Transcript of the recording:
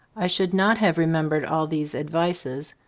i should not have remembered all these advices,